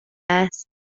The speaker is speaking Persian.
است